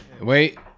Wait